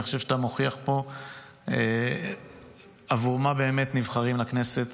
אני חושב שאתה מוכיח פה בעבור מה באמת נבחרים לכנסת.